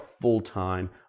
full-time